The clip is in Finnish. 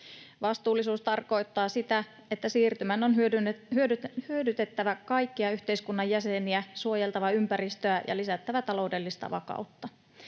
Vastuullisuus tarkoittaa sitä, että siirtymän on hyödytettävä kaikkia yhteiskunnan jäseniä, suojeltava ympäristöä ja lisättävä taloudellista vakautta.